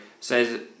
says